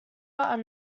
are